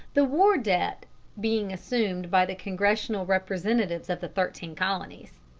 the war debt being assumed by the congressional representatives of the thirteen colonies.